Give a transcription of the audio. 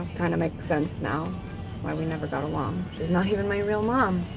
kind of makes sense now why we never got along. she's not even my real mom.